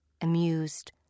amused